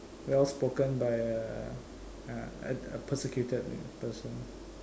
well spoken by a a uh persecuted person